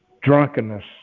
drunkenness